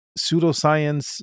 pseudoscience